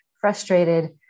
frustrated